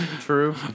True